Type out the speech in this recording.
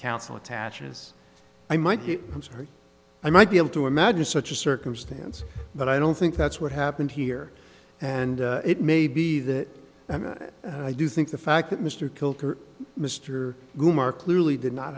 counsel attaches i might i'm sorry i might be able to imagine such a circumstance but i don't think that's what happened here and it may be that i do think the fact that mr killed mr boomer clearly did not